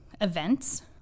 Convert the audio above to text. events